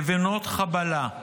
לבנות חבלה,